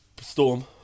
Storm